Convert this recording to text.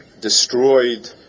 destroyed